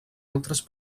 altres